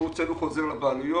חוזר,